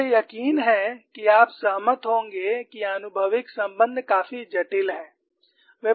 मुझे यकीन है कि आप सहमत होंगे कि आनुभविक संबंध काफी जटिल है